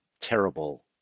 terrible